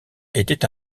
était